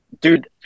dude